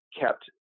kept